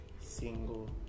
single